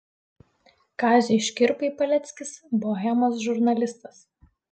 kaziui škirpai paleckis bohemos žurnalistas